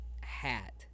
hat